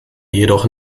jedoch